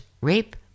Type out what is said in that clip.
rape